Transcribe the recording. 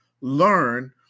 learn